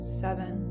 seven